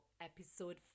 episode